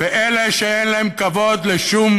ואלה שאין להם כבוד לשום